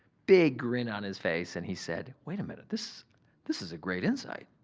big grin on his face and he said, wait a minute. this this is a great insight.